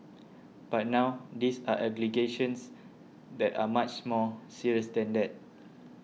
but now these are allegations that are much more serious than that